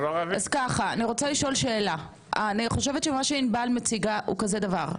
אני חושבת שמה שעינבל מציגה הוא כזה דבר.